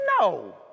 No